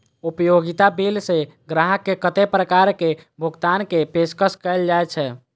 उपयोगिता बिल सऽ ग्राहक केँ कत्ते प्रकार केँ भुगतान कऽ पेशकश कैल जाय छै?